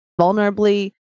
vulnerably